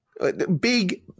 Big